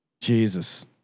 Jesus